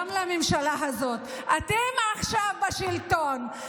גם לממשלה הזאת: אתם עכשיו בשלטון,